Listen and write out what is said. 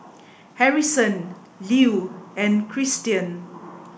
Harrison Lew and Christian